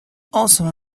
also